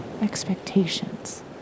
expectations